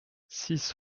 six